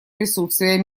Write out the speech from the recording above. присутствия